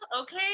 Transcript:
okay